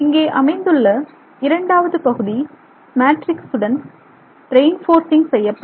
இங்கே அமைந்துள்ள இரண்டாவது பகுதி மேட்ரிக்ஸுடன் ரெயின் போர்சிங் செய்யப்படும்